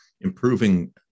improving